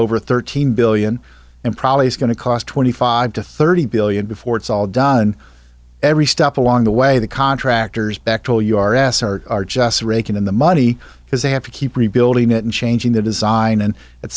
over thirteen billion and probably it's going to cost twenty five to thirty billion before it's all done every step along the way the contractors back to your ass are just raking in the money because they have to keep rebuilding it and changing the design and et